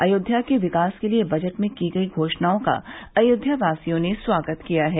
अयोध्या के विकास के लिये बजट में की गयी घोषणाओं का अयोध्यावासियों ने स्वागत किया है